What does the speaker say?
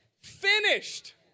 finished